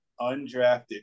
undrafted